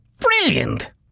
Brilliant